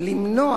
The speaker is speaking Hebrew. למנוע